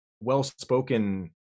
well-spoken